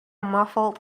muffled